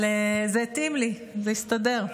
אבל זה התאים לי, זה הסתדר.